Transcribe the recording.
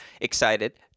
excited